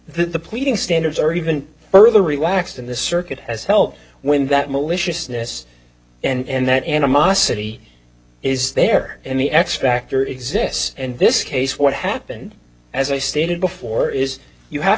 the pleading standards are even further relaxed and the circuit has helped win that maliciousness and that animosity is there and the x factor exists in this case what happened as i stated before is you have